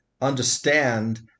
understand